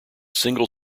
single